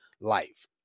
life